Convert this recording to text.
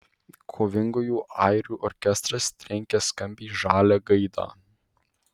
kovingųjų airių orkestras trenkia skambiai žalią gaidą